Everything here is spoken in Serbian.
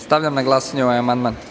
Stavljam na glasanje ovaj amandman.